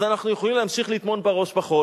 אז אנחנו יכולים להמשיך לטמון את הראש בחול